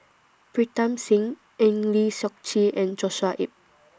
Pritam Singh Eng Lee Seok Chee and Joshua Ip